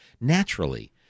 naturally